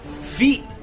feet